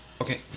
Okay